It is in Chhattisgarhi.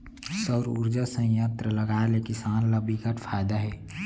सउर उरजा संयत्र लगाए ले किसान ल बिकट फायदा हे